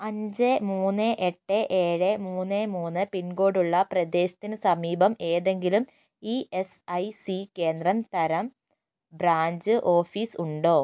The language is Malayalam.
അഞ്ച് മൂന്ന് എട്ട് ഏഴ് മൂന്ന് മൂന്ന് പിൻകോഡ് ഉള്ള പ്രദേശത്തിന് സമീപം ഏതെങ്കിലും ഇ എസ് ഐ സി കേന്ദ്രം തരം ബ്രാഞ്ച് ഓഫീസ് ഉണ്ടോ